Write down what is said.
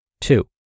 Two